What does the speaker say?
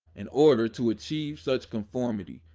in order to achieve such conformity,